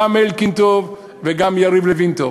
גם אלקין טוב וגם יריב לוין טוב,